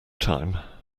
time